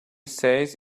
says